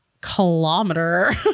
kilometer